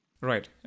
Right